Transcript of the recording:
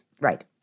Right